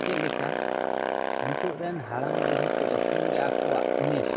ᱪᱮᱫ ᱞᱮᱠᱟ ᱱᱤᱛᱚᱜ ᱨᱮᱱ ᱦᱟᱲᱟᱢ ᱵᱩᱲᱦᱤ ᱠᱚ ᱡᱚᱠᱷᱚᱱ ᱜᱮ ᱟᱠᱚᱣᱟᱜ ᱩᱢᱮᱨ